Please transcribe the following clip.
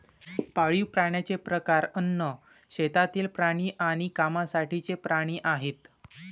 पाळीव प्राण्यांचे प्रकार अन्न, शेतातील प्राणी आणि कामासाठीचे प्राणी आहेत